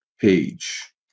page